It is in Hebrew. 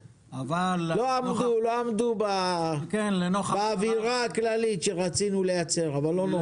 לא עמדו באווירה הכללית שרצינו לייצר, לא נורא.